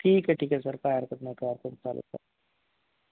ठीक आहे ठीक आहे सर काय हरकत नाही काय हरकत नाही चालेल चालेल